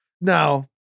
now